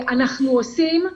אנחנו עושים.